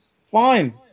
fine